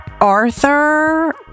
Arthur